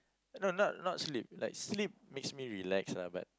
no not not sleep like sleep makes me relax lah but